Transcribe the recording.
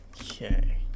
Okay